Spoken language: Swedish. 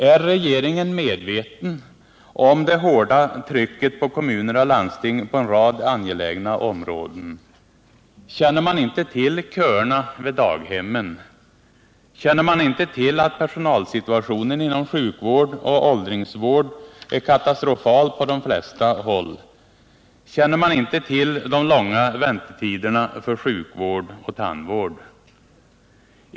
Är regeringen omedveten om det hårda trycket på kommuner och landsting på en rad angelägna områden? Känner man inte till köerna till daghemmen? Känner man inte till att personalsituationen inom sjukvård och åldringsvård är katastrofal på de flesta håll? Känner man inte till de långa väntetiderna för sjukvård och tandvård?